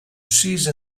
cease